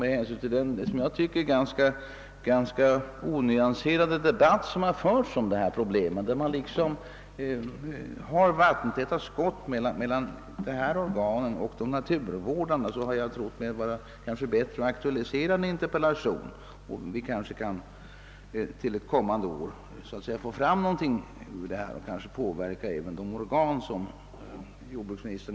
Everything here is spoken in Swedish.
Med hänsyn till den, som jag tycker, ganska onyanserade debatt som har förts omkring detta problem och de »vattentäta skott», som tycks finnas mellan lantbruksnämnden och de naturvårdande organen, har jag ansett det vara bättre att aktualisera frågan genom en interpellation, i förhoppning att vi till ett kommande år skall kunna få fram något förslag och påverka de organ som sysslar med frågorna och som är underställda jordbruksministern.